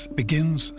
begins